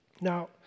Now